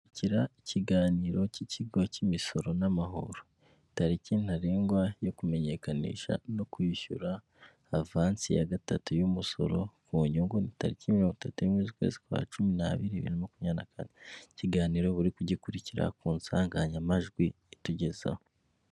Kwakira ikiganiro cy ikigo k'imisoro n'amahoro. Tariki ntarengwa yo kumenyekanisha no kwishyura avansi ya gatatu y'umusoro ku nyungu ni tariki mirongo itatu n'imwe z'ukwezi kwa cumi n'abiri bibiri na makumyabiri na kane. Ikiganiro uba uri kugikurikira ku nsanganyamajwi itugezaho.